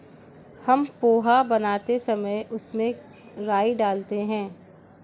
हम पोहा बनाते समय उसमें राई डालते हैं